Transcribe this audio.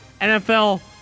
NFL